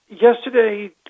Yesterday